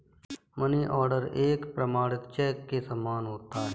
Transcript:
money order एक प्रमाणिक cheque के समान होता है